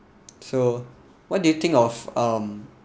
so what do you think of um